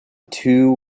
two